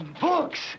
books